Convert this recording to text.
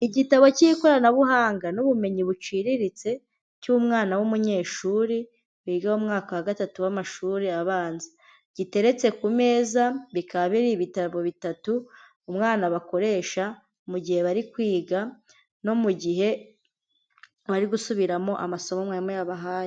Igitabo cy'ikoranabuhanga n'ubumenyi buciriritse cy'umwana w'umunyeshuri wiga mu mwaka wa gatatu w'amashuri abanza. Giteretse ku meza, bikaba biri ibitabo bitatu umwana bakoresha mu gihe bari kwiga no mu gihe bari gusubiramo amasomo mwarimu yabahaye.